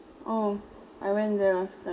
oh I went there last time